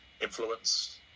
influence